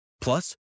Plus